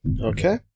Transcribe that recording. Okay